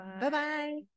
Bye-bye